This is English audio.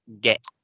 get